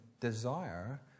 desire